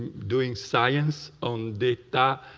doing science on data,